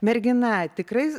mergina tikrai